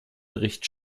bericht